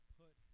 put